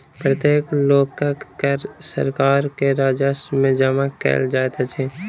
प्रत्येक लोकक कर सरकार के राजस्व में जमा कयल जाइत अछि